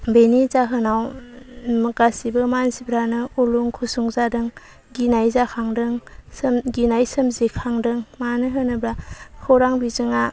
बेनि जाहोनाव गासिबो मानसिफ्रानो उलुं खुसुं जादों गिनाय जाखांदों गिनाय सोमजिखांदों मानो होनोबा खौरां बिजोंआ